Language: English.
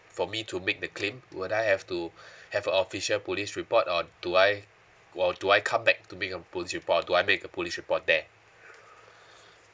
for me to make the claim would I have to have a official police report or do I or do I come back to make a police report or do I make a police report there